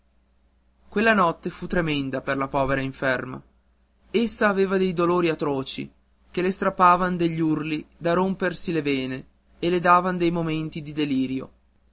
quella notte fu tremenda per la povera inferma essa aveva dei dolori atroci che le strappavan degli urli da rompersi le vene e le davan dei momenti di delirio